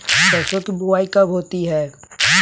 सरसों की बुआई कब होती है?